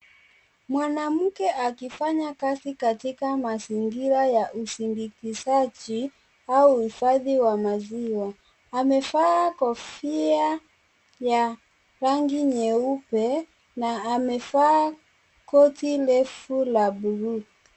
Mwanamke akifanya kazi katika mazingira ya usindikizaji au uhifadhi wa maziwa. Amevaa kofia ya rangi nyeupe na amevaa koti refu la buluu.